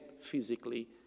physically